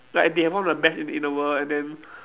like they have one of the best in the in the world and then